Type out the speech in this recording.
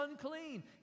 unclean